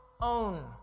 own